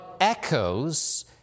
echoes